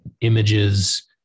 images